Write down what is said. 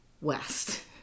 west